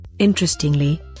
Interestingly